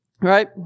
Right